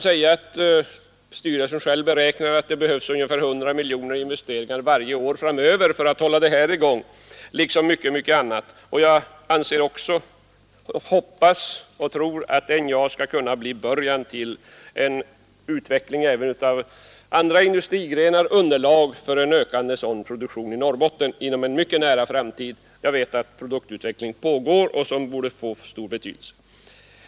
Styrelsen beräknar att det behöver investeras för ungefär 100 miljoner kronor varje år framöver, och jag hoppas och tror att NJA skall bli början till en utveckling inom en mycket nära framtid av även andra industrigrenar i Norrbotten. Jag vet att en produktutveckling pågår som borde få stor betydelse.